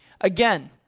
Again